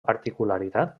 particularitat